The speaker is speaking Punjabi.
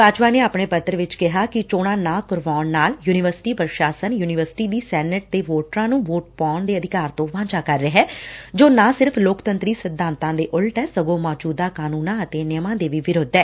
ਬਾਜਵਾ ਨੇਂ ਆਪਣੇ ਪੱਤਰ ਵਿਚ ਕਿਹੈ ਕਿ ਚੋਣਾ ਨਾ ਕਰਾਉਣ ਨਾਲ ਯੁਨੀਵਰਸਿਟੀ ਪ੍ਸ਼ਾਸਨ ਯੁਨੀਵਰਸਿਟੀ ਦੀ ਸੈਨੇਟ ਦੇ ਵੋਟਰਾਂ ਨੂੰ ਵੋਟ ਪਾਉਣ ਦੇ ਅਧਿਕਾਰ ਤੋ ਵਾਂਝਾ ਕਰ ਰਿਹੈ ਜੋ ਨਾ ਸਿਰਫ ਲੋਕਤੰਤਰੀ ਸਿਧਾਂਤਾ ਦੇ ਉਲਟ ਏ ਸਗੋ ਮੌਜੁਦਾ ਕਨੂੰਨਾ ਅਤੋ ਨਿਯਮਾ ਦੇ ਵੀ ਵਿਰੁੱਧ ਏ